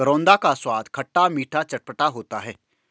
करौंदा का स्वाद खट्टा मीठा चटपटा होता है